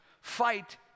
fight